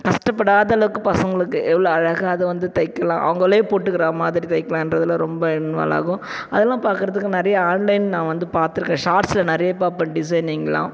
கஷ்டப்படாத அளவுக்கு பசங்களுக்கு எவ்வளோ அழகாக அதை வந்து தைக்கலாம் அவங்களே போட்டுக்கிறா மாதிரி தைக்கலாம்ன்றதுல ரொம்ப இன்வால்வ் ஆகும் அதலாம் பாக்கிறதுக்கு நிறையா ஆன்லைன் நான் வந்து பாத்திருக்கேன் ஸார்ட்ஸில் நிறைய பார்ப்பேன் டிசைனிங்லாம்